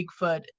bigfoot